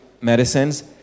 medicines